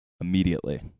immediately